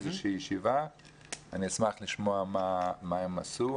איזושהי ישיבה ואני אשמח לשמוע מה הם עשו,